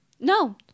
No